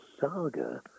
Saga